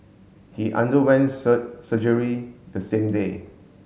he underwent surgery the same day